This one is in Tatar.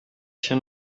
чын